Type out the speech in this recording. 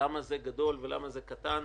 למה זה גדול וזה קטן.